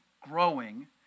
growing